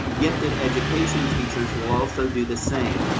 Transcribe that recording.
gifted education teachers will also do the same.